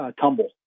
tumble